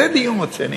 זה דיון רציני.